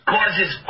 causes